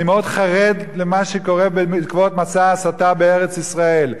אני מאוד חרד ממה שקורה בעקבות מסע ההסתה בארץ-ישראל.